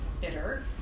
bitter